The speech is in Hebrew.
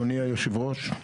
אדוני היושב ראש,